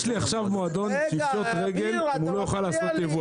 יש לי עכשיו מועדון שיפשוט רגל אם הוא לא יוכל לעשות ייבוא.